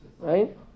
Right